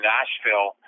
Nashville